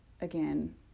again